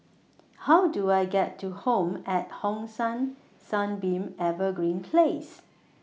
How Do I get to Home At Hong San Sunbeam Evergreen Place